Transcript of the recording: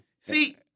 See